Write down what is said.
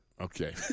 okay